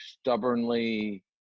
stubbornly –